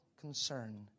concern